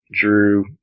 Drew